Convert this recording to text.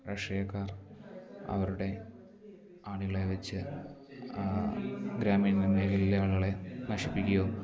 രാഷ്ട്രീയക്കാർ അവരുടെ ആണികളെ വെച്ച് ആ ഗ്രാമീണ മേഘലയിലെ ആളുകളെ നശിപ്പിക്കുകയോ